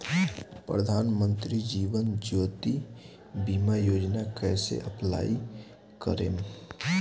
प्रधानमंत्री जीवन ज्योति बीमा योजना कैसे अप्लाई करेम?